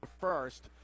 first